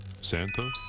Santa